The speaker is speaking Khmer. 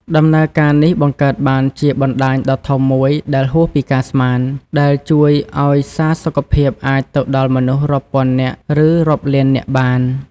ដំណើរការនេះបង្កើតបានជាបណ្តាញដ៏ធំមួយដែលហួសពីការស្មាន ដែលជួយឲ្យសារសុខភាពអាចទៅដល់មនុស្សរាប់ពាន់នាក់ឬរាប់លាននាក់បាន។